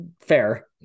fair